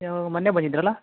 ನೀವು ಮೊನ್ನೆ ಬಂದಿದ್ರಲ್ಲ